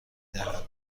دهد